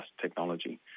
technology